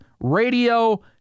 radio